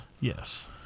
yes